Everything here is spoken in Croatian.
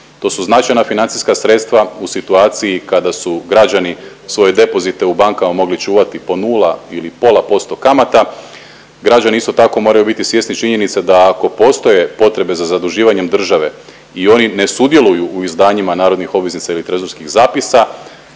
To su značajna financijska sredstva u situaciji kada su građani svoje depozite u bankama mogli čuvati po nula ili pola posto kamata. Građani isto tako moraju biti svjesni činjenice da ako postoje potrebe za zaduživanjem države i oni ne sudjeluju u izdanjima narodnih obveznica ili trezorskih zapisa,